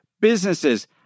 businesses